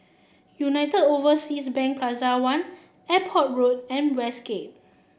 United Overseas Bank Plaza One Airport Road and Westgate